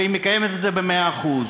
והיא מקיימת את זה במאה אחוז.